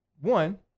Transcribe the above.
one